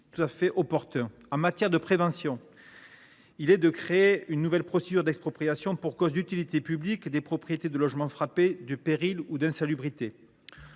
tout à fait opportuns. En matière de prévention, il est envisagé de créer une nouvelle procédure d’expropriation pour cause d’utilité publique des propriétaires de logements frappés de péril ou d’insalubrité.